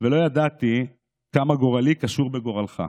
ולא ידעתי כמה גורלי קשור בגורלך.